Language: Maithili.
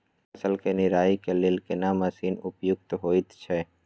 फसल के निराई के लेल केना मसीन उपयुक्त होयत छै?